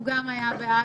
הוא גם היה בעד,